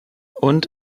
und